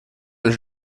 els